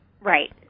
Right